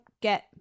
get